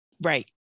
Right